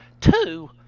Two